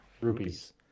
Rupees